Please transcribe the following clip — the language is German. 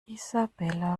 isabella